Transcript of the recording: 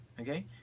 okay